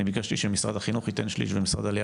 אני ביקשתי שמשרד החינוך ייתן 1/3 ומשרד העלייה